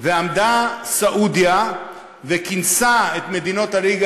ועמדה סעודיה וכינסה את מדינות הליגה